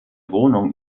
wohnung